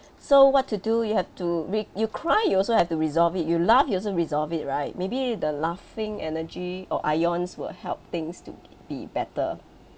so what to do you have to re~ you cry you also have to resolve it you laugh you also resolve it right maybe the laughing energy or ions will help things to be better